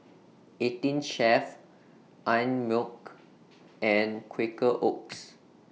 eighteen Chef Einmilk and Quaker Oats